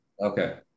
Okay